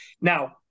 Now